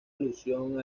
alusión